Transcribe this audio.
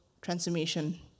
transformation